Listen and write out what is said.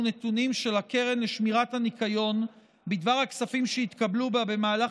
נתונים של הקרן לשמירת הניקיון בדבר הכספים שהתקבלו בה במהלך